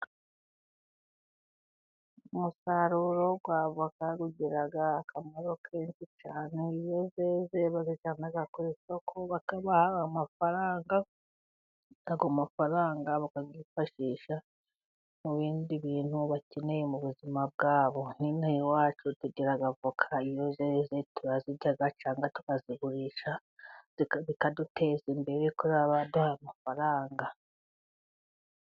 Umusaruro wa voka ugira akamaro kenshi cyane, iyo zeze bazijyana ku isoko bakabaha amafaranga ayo mafaranga bakabyifashisha mu bindi bintu bakeneye mu buzima bwabo, n'inaha iwacu tugira avoka, iyo zeze turazirya cyangwa tukazigurisha, bikaduteza imbere kuko ziduha amafaranga.